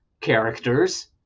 characters